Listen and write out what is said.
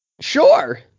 Sure